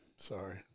Sorry